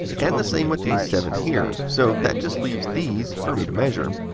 and the same with these seven here. so that just leaves these for me to measure.